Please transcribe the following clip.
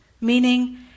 meaning